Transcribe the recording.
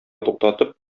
туктатып